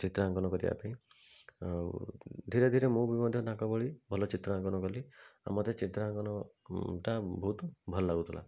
ଚିତ୍ରାଙ୍କନ କରିବାପାଇଁ ଆଉ ଧୀରେ ଧୀରେ ମୁଁ ବି ମଧ୍ୟ ତାଙ୍କ ଭଳି ଭଲ ଚିତ୍ରାଙ୍କନ କଲି ଆଉ ମୋତେ ଚିତ୍ରାଙ୍କନ ଟା ବହୁତ ଭଲ ଲାଗୁଥିଲା